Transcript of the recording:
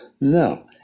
No